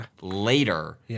later